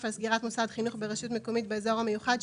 על סגירת מוסד חינוך ברשות מקומית באזור מיוחד,